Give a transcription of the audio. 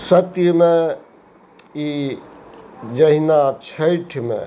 सत्यमे ई जहिना छैठमे